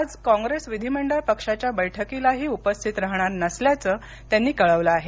आज कॉंग्रेस विधिमंडळ पक्षाच्या बैठकीलाही उपस्थित राहणार नसल्याचं त्यांनी कळवलं आहे